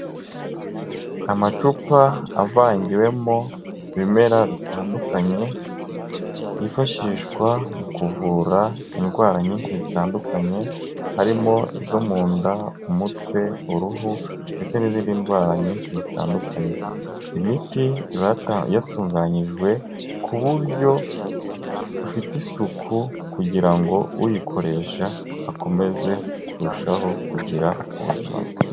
Amacupa avangiwemo ibimera bitandukanye byifashishwa mu kuvura indwara nyinshi zitandukanye harimo izo mu nda, umutwe, uruhu ndetse n'izindi ndwara nyinshi zitandukanye, imiti ibata yatunganyijwe ku buryo bufite isuku kugira ngo uyikoresha akomeze kurushaho kugira ubuzima bwiza.